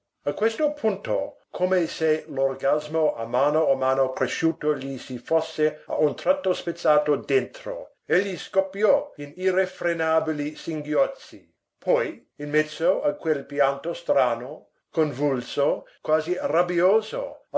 a questo punto come se l'orgasmo a mano a mano cresciuto gli si fosse a un tratto spezzato dentro egli scoppiò in irrefrenabili singhiozzi poi in mezzo a quel pianto strano convulso quasi rabbioso